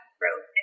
wrote